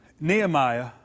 Nehemiah